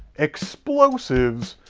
explosives,